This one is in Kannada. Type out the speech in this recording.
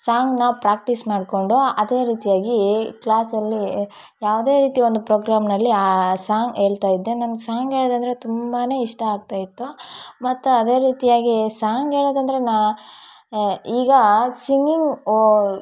ಸಾಂಗನ್ನ ಪ್ರಾಕ್ಟೀಸ್ ಮಾಡಿಕೊಂಡು ಅದೇ ರೀತಿಯಾಗಿ ಕ್ಲಾಸಲ್ಲಿ ಯಾವುದೇ ರೀತಿ ಒಂದು ಪ್ರೋಗ್ರಾಮ್ನಲ್ಲಿ ಆ ಸಾಂಗ್ ಹೇಳ್ತಾ ಇದ್ದೆ ನಂಗೆ ಸಾಂಗ್ ಹೇಳೋದಂದ್ರೆ ತುಂಬಾ ಇಷ್ಟ ಆಗ್ತಾಯಿತ್ತು ಮತ್ತು ಅದೇ ರೀತಿಯಾಗಿ ಸಾಂಗ್ ಹೇಳೋದಂದ್ರೆ ನಾನು ಈಗ ಸಿಂಗಿಂಗ್